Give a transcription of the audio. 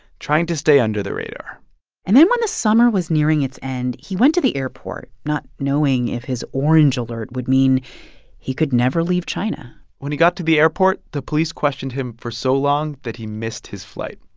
trying to stay under the radar and then when the summer was nearing its end, he went to the airport not knowing if his orange alert would mean he could never leave china when he got to the airport, the police questioned him for so long that he missed his flight.